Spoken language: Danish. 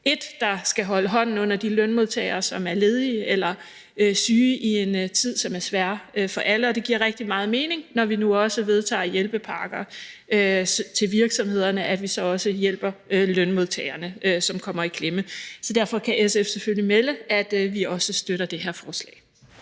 et, der skal holde hånden under de lønmodtagere, der er ledige eller syge i en tid, som er svær for alle. Og det giver rigtig meget mening, når vi nu også vedtager hjælpepakker til virksomhederne, at vi så også hjælper lønmodtagerne, som kommer i klemme. Derfor kan SF selvfølgelig melde, at vi også støtter det her forslag.